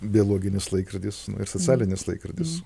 biologinis laikrodis socialinis laikrodis